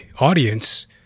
audience